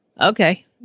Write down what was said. Okay